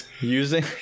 Using